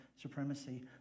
supremacy